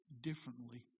differently